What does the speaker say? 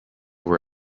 were